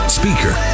speaker